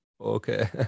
Okay